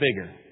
bigger